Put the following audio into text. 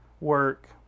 work